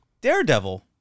Daredevil